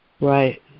Right